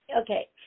Okay